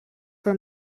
for